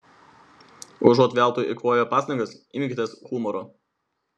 užuot veltui eikvoję pastangas imkitės humoro